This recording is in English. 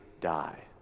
die